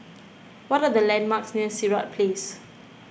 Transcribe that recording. what are the landmarks near Sirat Place